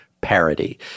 parody